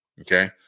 Okay